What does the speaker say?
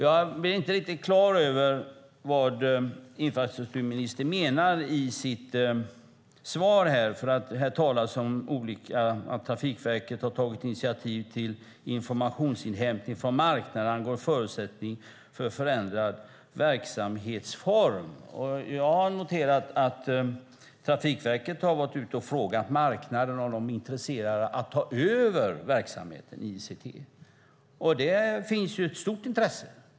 Jag blir inte riktigt klar över vad infrastrukturministern menar i sitt svar. Där talas om att Trafikverket har tagit initiativ till informationsinhämtning från marknaden angående förutsättning för förändrad verksamhetsform. Jag har noterat att Trafikverket har gått ut och frågat om marknaden är intresserad av att ta över verksamheten i ICT, och det finns ett stort intresse.